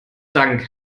dank